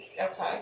Okay